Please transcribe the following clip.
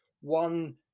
one